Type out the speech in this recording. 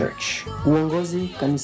church